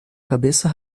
cabeça